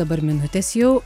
dabar minutės jau